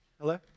hello